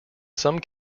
some